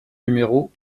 numéro